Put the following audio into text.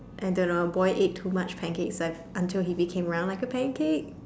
I don't know a boy ate too much pancakes until he became round like a pancake